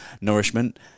nourishment